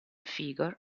figure